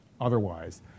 otherwise